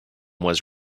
was